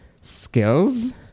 skills